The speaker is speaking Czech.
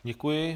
Děkuji.